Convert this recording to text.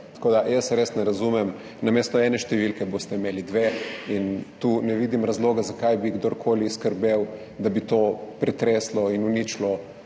tako da jaz tega res ne razumem. Namesto ene številke boste imeli dve in tu ne vidim razloga, zakaj bi kdorkoli skrbel, da bi to pretreslo in uničilo